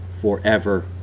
forever